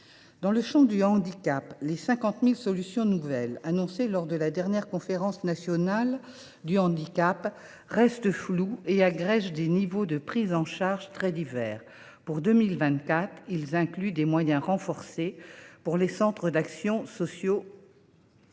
Dans le champ du handicap, les 50 000 solutions nouvelles, annoncées lors de la dernière Conférence nationale du handicap, restent floues et agrègent des niveaux de prise en charge très divers. Pour 2024, ils incluent des moyens renforcés pour les centres d’action médico sociale